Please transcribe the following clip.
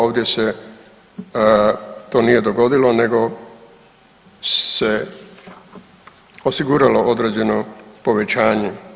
Ovdje se to nije dogodilo nego se osiguralo određeno povećanje.